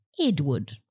Edward